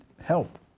help